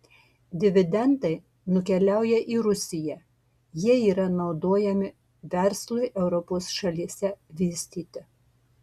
dividendai nekeliauja į rusiją jie yra naudojami verslui europos šalyse vystyti